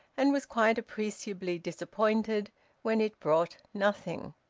and was quite appreciably disappointed when it brought nothing.